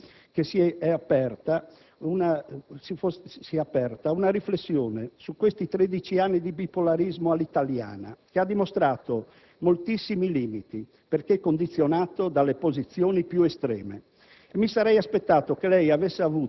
Mi sarei aspettato che dalla crisi che si è aperta nascesse una riflessione su questi 13 anni di bipolarismo all'italiana, che ha dimostrato moltissimi limiti perché condizionato dalle posizioni più estreme.